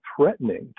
threatening